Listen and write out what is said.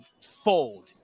fold